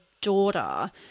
daughter